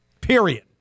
Period